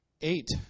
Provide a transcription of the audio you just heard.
eight